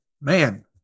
man